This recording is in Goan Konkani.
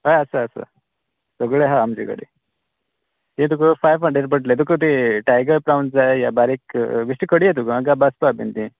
हय आसा आसा सगळें हा आमचे कडेन ते तुका फाय्व हण्ड्रेड पडटले तुका ते टायगर प्रोन्स जाय कांय बारीक बेश्टे कडयेक तुका कांय भाजपा बीन तीं